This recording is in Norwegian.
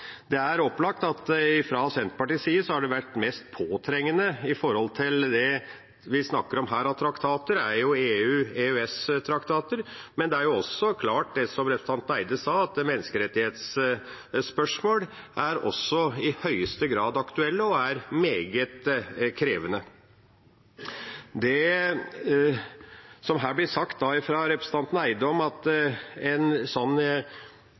Det er opplagt at det fra Senterpartiets side har vært mest påtrengende med tanke på det vi snakker om her av traktater, EU/EØS-traktater. Men det er også klart, det som representanten Eide sa, at menneskerettighetsspørsmål også i høyeste grad er aktuelle – og meget krevende. Det blir sagt her fra representanten Eide at et slikt folkeavstemningsinstitutt kan innebære at en